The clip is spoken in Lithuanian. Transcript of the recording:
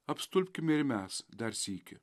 apstulbkime ir mes dar sykį